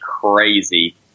crazy